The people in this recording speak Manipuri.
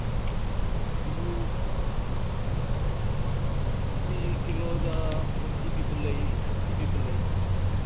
ꯑꯂꯨꯗꯤ ꯀꯤꯂꯣꯗ ꯐꯣꯔꯇꯤ ꯄꯤꯕ ꯂꯩ ꯊꯥꯔꯇꯤ ꯄꯤꯕ ꯂꯩ